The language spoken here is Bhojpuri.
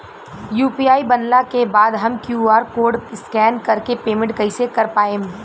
यू.पी.आई बनला के बाद हम क्यू.आर कोड स्कैन कर के पेमेंट कइसे कर पाएम?